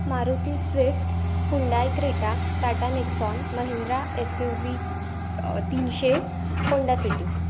Maruti Swift Hyundai Creta Tata Nexon Mahindra S U V तीनशे Honda city